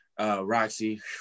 Roxy